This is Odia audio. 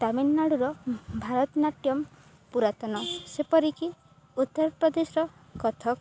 ତାମିଲନାଡ଼ୁର ଭାରତନାଟ୍ୟମ ପୁରାତନ ସେପରିକି ଉତ୍ତରପ୍ରଦେଶର କଥକ